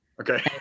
Okay